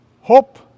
Hope